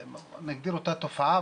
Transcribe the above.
נגדיר אותה תופעה,